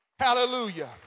Hallelujah